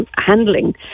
handling